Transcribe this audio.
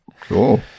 Cool